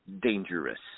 dangerous